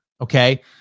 Okay